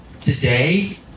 today